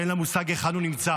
שאין לה מושג היכן הוא נמצא